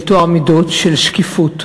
של טוהר מידות, של שקיפות,